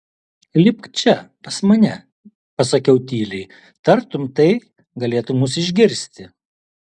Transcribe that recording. lipk čia pas mane pasakiau tyliai tartum tai galėtų mus išgirsti